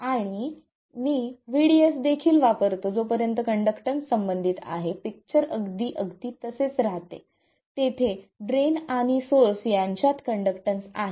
आणि मी vDS देखील वापरतो जोपर्यंत कंडक्टन्स संबंधित आहे पिक्चर अगदी अगदी तसेच राहते तेथे ड्रेन आणि सोर्स यांच्यात कंडक्टन्स आहे